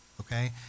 okay